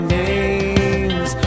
names